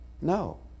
No